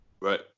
right